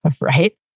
right